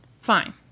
Fine